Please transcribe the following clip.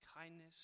kindness